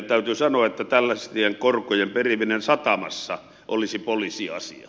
täytyy sanoa että tällaisten korkojen periminen satamassa olisi poliisiasia